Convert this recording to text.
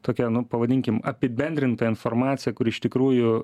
tokia nu pavadinkim apibendrinta informacija kuri iš tikrųjų